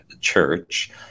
church